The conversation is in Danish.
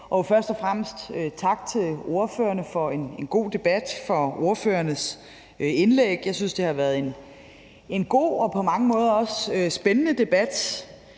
dag. Først og fremmest tak til ordførerne for en god debat og for ordførernes indlæg. Jeg synes, det har været en god og på mange måder også spændende debat.